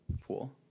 pool